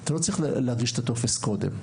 אתה לא צריך להגיש את הטופס קודם.